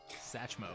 Satchmo